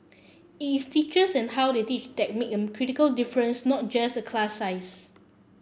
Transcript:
it's teachers and how they teach that make a critical difference not just the class size